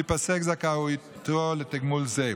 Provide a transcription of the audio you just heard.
תיפסק זכאותו לתגמול זה.